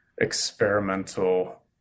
experimental